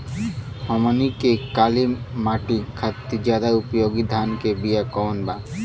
हमनी के काली माटी खातिर ज्यादा उपयोगी धान के बिया कवन बा?